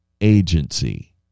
agency